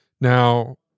now